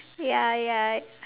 ya ya I